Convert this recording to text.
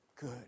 good